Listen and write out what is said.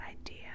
idea